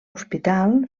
hospital